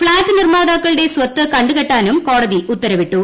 flat നിർമാതാക്കളുടെ സ്വത്ത് കണ്ട് കെട്ടാനും കോടതി ഉത്തരവിട്ടു